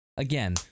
Again